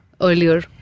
earlier